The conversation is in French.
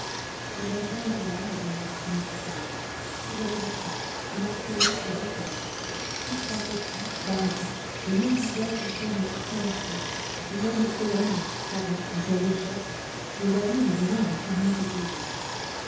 les gardiens étaient là m'attendant pour se mettre à table il y en avait trois un marseillais et deux corses tous trois petits barbus le même visage tanné crevassé le même pelone caban en poil de chèvre mais d'allure et d'humeur entièrement opposées